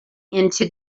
into